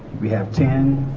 we have ten